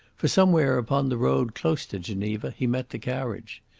for somewhere upon the road close to geneva he met the carriage.